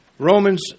Romans